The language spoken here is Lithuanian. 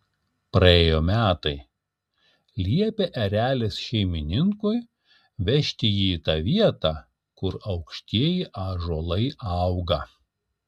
praėjo metai liepė erelis šeimininkui vežti jį į tą vietą kur aukštieji ąžuolai auga